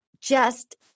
just-